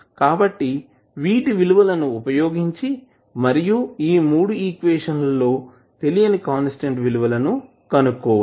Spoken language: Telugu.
కాబట్టి వీటి విలువలను ఉపయోగించి మరియు 3 ఈక్వేషన్స్ లో తెలియని కాన్స్టాంట్ విలువలు కనుక్కోవచ్చు